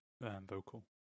vocal